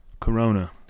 Corona